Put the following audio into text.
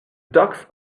ducks